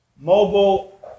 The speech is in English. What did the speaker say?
Mobile